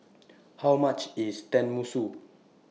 How much IS Tenmusu